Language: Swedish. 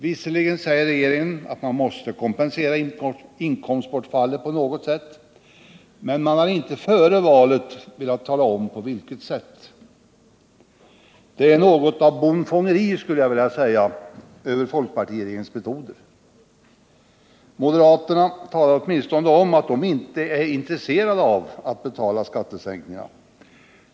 Visserligen säger regeringen att man på något sätt måste kompensera inkomstbortfallet, men man har före valet inte velat tala om på vilket sätt. Det är något av bondfångeri över folkpartiregeringens metoder. Moderaterna talar åtminstone om att de inte är intresserade av att betala skattesänkningarna.